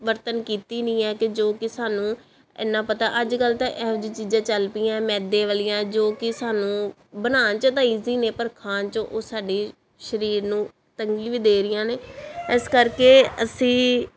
ਵਰਤੋਂ ਕੀਤੀ ਨਹੀਂ ਹੈ ਕਿ ਜੋ ਕਿ ਸਾਨੂੰ ਇੰਨਾ ਪਤਾ ਅੱਜ ਕੱਲ ਤਾਂ ਇਹੋ ਜਿਹੀਆਂ ਚੀਜ਼ਾਂ ਚੱਲ ਪਈਆਂ ਮੈਦੇ ਵਾਲੀਆਂ ਜੋ ਕਿ ਸਾਨੂੰ ਬਣਾਉਣ 'ਚ ਤਾਂ ਈਜ਼ੀ ਨੇ ਪਰ ਖਾਣ 'ਚੋਂ ਉਹ ਸਾਡੇ ਸਰੀਰ ਨੂੰ ਤੰਗੀ ਵੀ ਦੇ ਰਹੀਆਂ ਨੇ ਇਸ ਕਰਕੇ ਅਸੀਂ